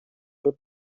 төрт